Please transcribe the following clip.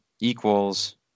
equals